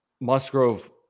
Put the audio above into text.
Musgrove